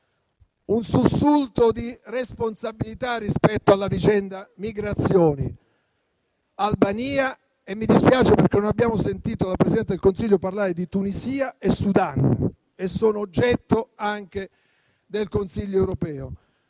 un sussulto di responsabilità rispetto alla vicenda migrazioni, Albania, e mi dispiace perché non abbiamo sentito dal Presidente del Consiglio parlare di Tunisia e Sudan, che sono oggetto anche del Consiglio europeo.